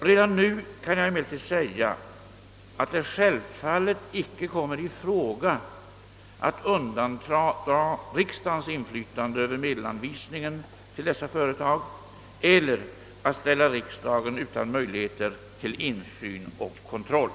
Redan nu kan jag emellertid säga, att det självfallet inte kommer i fråga att undandra riksdagen inflytande över medelsanvisningen till dessa företag eller att ställa riksdagen utan möjligheter till insyn och kontroll.